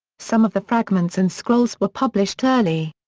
some of the fragments and scrolls were published early.